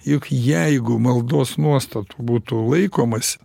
juk jeigu maldos nuostatų būtų laikomasi